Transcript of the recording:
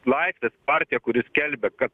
laisvės partija kuri skelbia kad